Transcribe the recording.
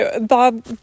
Bob